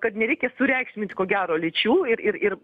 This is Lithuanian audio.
kad nereikia sureikšmint ko gero lyčių ir ir ir